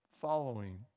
following